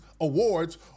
awards